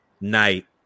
night